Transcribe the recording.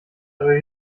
aber